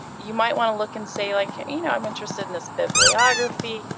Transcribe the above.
you might want to look and say like, you know i'm interested in this bibliography,